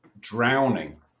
drowning